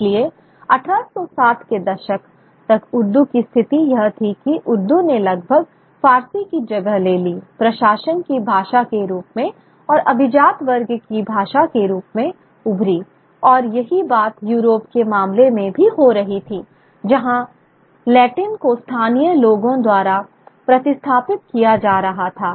इसलिए 1860 के दशक तक उर्दू की स्थिति यह थी कि उर्दू ने लगभग फारसी की जगह ले ली प्रशासन की भाषा के रूप में और अभिजात वर्ग की भाषा के रूप में उभरी और यही बात यूरोप के मामले में भी हो रही थी जहां लैटिन को स्थानीय लोगों द्वारा प्रतिस्थापित किया जा रहा था